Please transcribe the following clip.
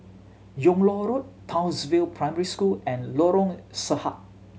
Yung Loh Road Townsville Primary School and Lorong Sarhad